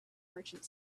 merchant